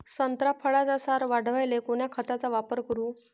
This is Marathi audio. संत्रा फळाचा सार वाढवायले कोन्या खताचा वापर करू?